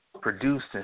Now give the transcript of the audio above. Produced